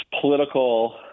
political